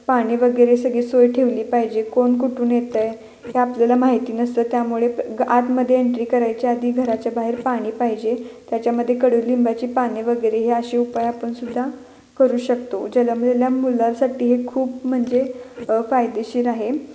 पाणी वगैरे सगळी सोय ठेवली पाहिजे कोण कुठून येतं आहे हे आपल्याला माहिती नसतं त्यामुळे आतमध्ये एन्ट्री करायच्या आधी घराच्या बाहेर पाणी पाहिजे त्याच्यामध्ये कडुलिंबाची पाने वगैरे हे असे उपाय आपणसुद्धा करू शकतो जलमलेल्या मुलासाठी हे खूप म्हणजे फायदेशीर आहे